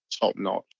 top-notch